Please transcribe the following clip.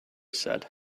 said